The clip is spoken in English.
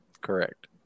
Correct